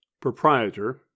proprietor